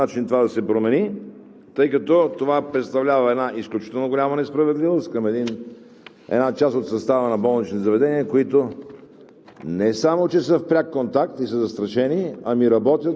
Но по-важно за мен е първото и аз се надявам по някакъв начин това да се промени, тъй като представлява изключително голяма несправедливост към една част от състава на болничните заведения, които